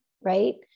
right